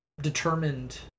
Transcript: determined